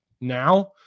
now